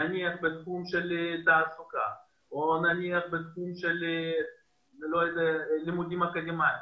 נניח בתחום של תעסוקה או נניח בתחום של לימודים אקדמאים